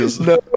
no